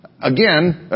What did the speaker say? again